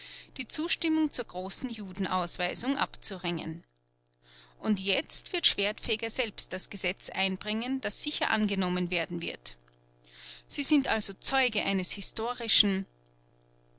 die zustimmung zur großen judenausweisung abzuringen und jetzt wird schwertfeger selbst das gesetz einbringen das sicher angenommen werden wird sie sind also zeuge eines historischen